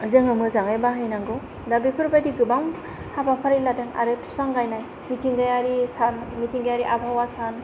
बिखौ जोङो मोजाङै बाहायनांगौ दा बेफोरबादि गोबां हाबाफारि लादों आरो बिफां गायनाय मिथिंगायारि सान मिथिंगायारि आबहावा सान आरो